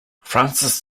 frances